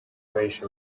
bahishe